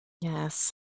Yes